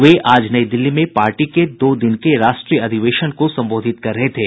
वे आज नई दिल्ली में पार्टी के दो दिन के राष्ट्रीय अधिवेशन को संबोधित कर रहे थे